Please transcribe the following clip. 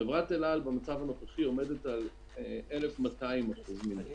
חברת אל-על במצב הנוכחי עומדת על 1,200% מינוף.